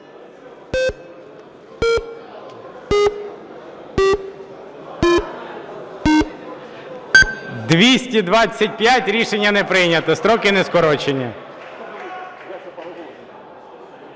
За-225 Рішення не прийнято. Строки не скорочені.